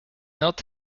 not